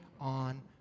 on